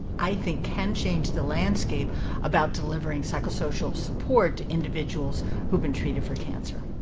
i think, can change the landscape about delivering psychosocial support to individuals who've been treated for cancer.